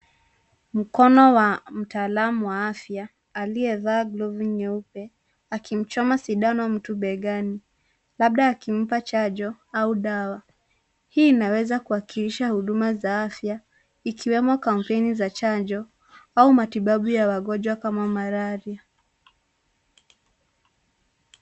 Mkono wa mtaalum wa afya, aliyevaa glavu nyeupe, akimchoma sindano mtu begani, labda akimpa chanjo, au dawa. Hii inaweza kuwakilisha huduma za afya, ikiwemo kampeni za chanjo, au matibabu ya wagonjwa kama marathi.